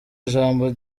ijambo